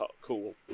cool